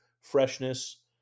freshness